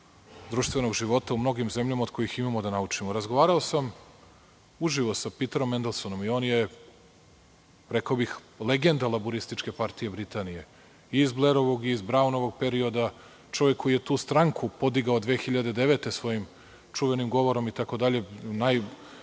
društvenog života u mnogim zemljama od kojih imamo da naučimo. Razgovarao sam uživo sa Piterom Mendelsonom i on je, rekao bih legenda Laburističke partije Britanije i iz Blerovog i iz Braunovog perioda, čovek koji je tu stranku podigao 2009. godine svojim čuvenim govorom itd. Kada